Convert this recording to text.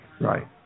right